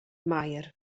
maer